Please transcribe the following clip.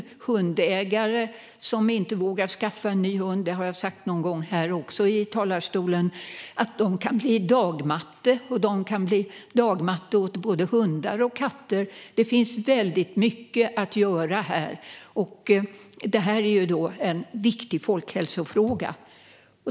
Tidigare hundägare vågar kanske inte skaffa en ny hund. Det är något jag har tagit upp förut. De kan i stället bli dagmatte åt både hundar och katter. Det finns alltså väldigt mycket att göra på detta område, och det är en viktig folkhälsofråga.